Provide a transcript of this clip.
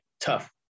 tough